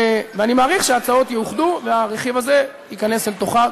ואני מעריך שההצעות יאוחדו והרכיב זה ייכנס אל תוכה,